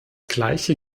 gleiche